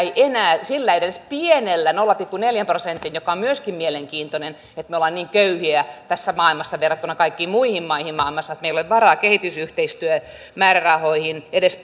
tuetaan enää sillä pienellä nolla pilkku neljällä prosentilla mikä on myöskin mielenkiintoista että me olemme niin köyhiä tässä maailmassa verrattuna kaikkiin muihin maihin maailmassa että meillä ei ole varaa kehitysyhteistyömäärärahoihin laittaa edes